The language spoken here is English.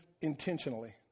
intentionally